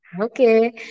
Okay